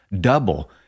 Double